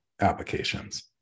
applications